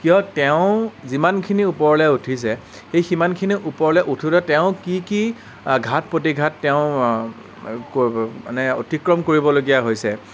কিয় তেওঁ যিমানখিনি ওপৰলৈ উঠিছে সেই সিমানখিনি ওপৰলৈ উঠোতে তেওঁ কি কি ঘাট প্ৰতিঘাট তেওঁ মানে অতিক্ৰম কৰিবলগীয়া হৈছে